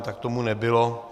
Tak tomu nebylo.